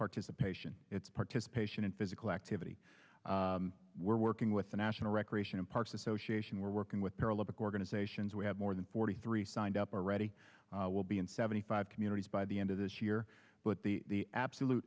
participation it's participation in physical activity we're working with the national recreation parks association we're working with paralympic organizations we have more than forty three signed up are ready we'll be in seventy five communities by the end of this year but the absolute